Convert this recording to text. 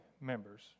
members